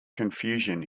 confusion